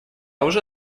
уже